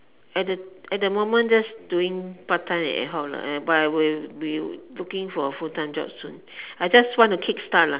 at the at the moment just doing part time and ad-hoc lor but I will be looking for full time job soon at the moment I just want to kick start lah